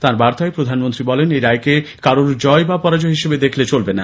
তার বার্তায় প্রধানমন্ত্রী বলেন এই রায়কে কারোর জয় বা পরাজয় হিসেবে দেখলে চলবে না